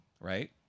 Right